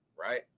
Right